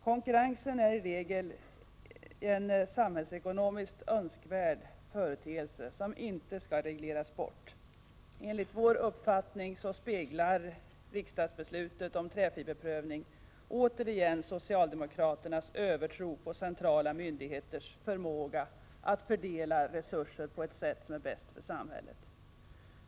Konkurrensen är i regel en samhällsekonomiskt önskvärd företeelse som inte skall regleras bort. Enligt vår uppfattning speglar riksdagsbeslutet om träfiberprövning återigen socialdemokraternas övertro på centrala myndigheters förmåga att fördela resurser på det sätt som är bäst för samhället.